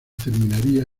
terminaría